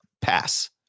pass